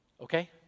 Okay